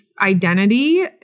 identity